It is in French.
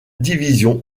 division